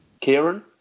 Karen